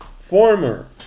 former